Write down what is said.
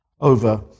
over